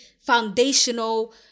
foundational